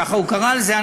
כך הוא קרא לזה,